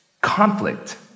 Conflict